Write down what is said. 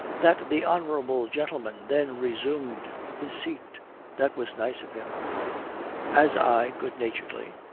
that the honourable gentleman then resumed his seat that was nice of him as i good-naturedly,